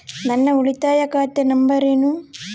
ನನ್ನ ಉಳಿತಾಯ ಖಾತೆ ನಂಬರ್ ಏನು?